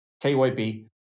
KYB